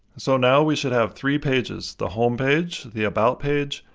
so now we should have three pages the home page, the about page,